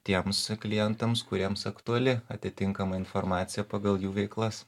tiems klientams kuriems aktuali atitinkama informacija pagal jų veiklas